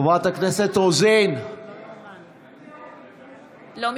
אינה